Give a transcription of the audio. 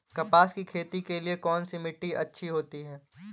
कपास की खेती के लिए कौन सी मिट्टी अच्छी होती है?